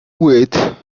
with